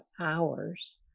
hours